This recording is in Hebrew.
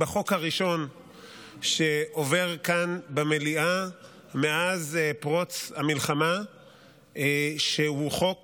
בחוק הראשון שעובר כאן במליאה מאז פרוץ המלחמה שהוא חוק